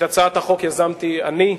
את הצעת החוק יזמתי אני,